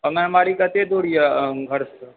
आङनबाड़ी कतए दूर यऽ घरसँ